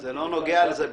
נוגע לזה בכלל.